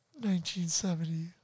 1970